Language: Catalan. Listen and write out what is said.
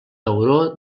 tauró